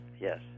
Yes